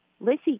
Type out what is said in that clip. Lissy